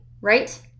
right